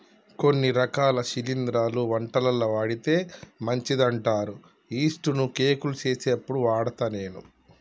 కొన్ని రకాల శిలింద్రాలు వంటలల్ల వాడితే మంచిదంటారు యిస్టు ను కేకులు చేసేప్పుడు వాడుత నేను